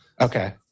Okay